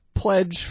Pledge